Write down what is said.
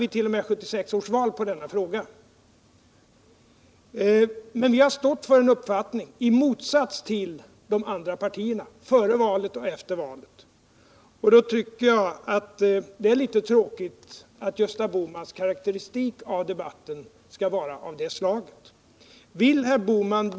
1976 års val på denna fråga. Men vi har i motsats till de andra partierna stått för en uppfattning — före valet och efter valet. Då tycker jag att det är litet tråkigt att Gösta Bohmans karakteristik av debatten skall vara av det slag som jag nämnt.